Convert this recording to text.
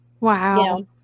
Wow